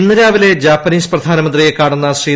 ഇന്ന് രാവിലെ ജാപ്പനീസ് പ്രധാനമന്ത്രിയെ ൂകാണുന്ന ശ്രീ